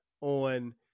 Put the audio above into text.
on